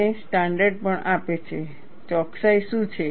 અને સ્ટાન્ડર્ડ પણ આપે છે ચોકસાઈ શું છે